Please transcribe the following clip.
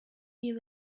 you